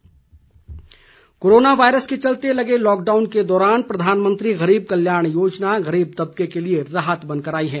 Ujjwala Yojana corona virus के चलते लगे लॉकडाउन के दौरान प्रधानमंत्री गरीब कल्याण योजना गरीब तबके के लिए राहत बनकर आई है